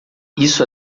isso